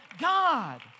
God